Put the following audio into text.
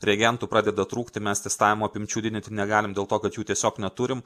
reagentų pradeda trūkti mes testavimo apimčių didinti negalim dėl to kad jų tiesiog neturim